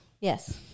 Yes